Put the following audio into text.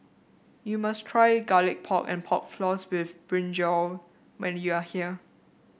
you must try Garlic Pork and Pork Floss with brinjal when you are here